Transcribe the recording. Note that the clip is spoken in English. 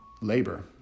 labor